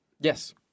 Yes